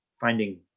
finding